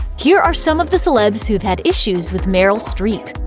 here are some of the celebs who've had issues with meryl streep.